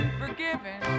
forgiven